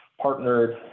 partnered